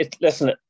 Listen